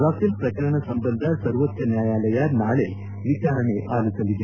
Rafale ಪ್ರಕರಣ ಸಂಬಂಧ ಸರ್ವೋಚ್ಲ ನ್ನಾಯಾಲಯ ನಾಳೆ ವಿಚಾರಣೆ ಆಲಿಸಲಿದೆ